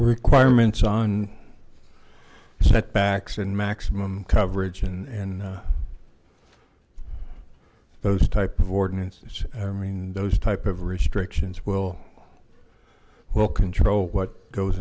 requirements on setbacks and maximum coverage and those type of ordinances i mean those type of restrictions will will control what goes